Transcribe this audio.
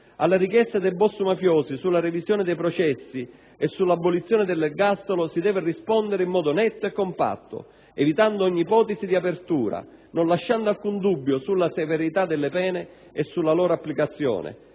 Alle richieste dei boss mafiosi sulla revisione dei processi e sull'abolizione dell'ergastolo si deve rispondere in modo netto e compatto evitando ogni ipotesi di apertura, non lasciando alcun dubbio sulla severità delle pene e sulla loro applicazione.